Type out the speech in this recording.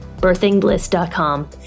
birthingbliss.com